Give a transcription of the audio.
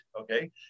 okay